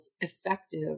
effective